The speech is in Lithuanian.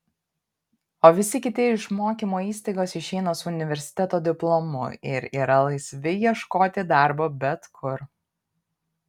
o visi kiti iš mokymo įstaigos išeina su universiteto diplomu ir yra laisvi ieškoti darbo bet kur